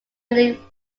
league